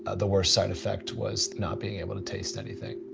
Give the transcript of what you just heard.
the worst side effect was not being able to taste anything.